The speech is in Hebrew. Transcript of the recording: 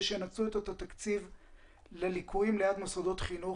שינצלו את התקציב לליקויים ליד מוסדות חינך